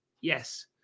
Yes